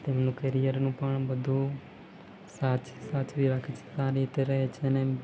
તેમનું કેરિયરનું પણ બધું સાથ સાચવી રાખે છે સારી રીતે રહે છે ને એમ